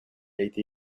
été